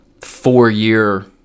four-year